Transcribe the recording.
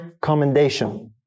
commendation